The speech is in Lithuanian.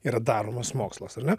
yra daromas mokslas ar ne